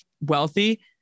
wealthy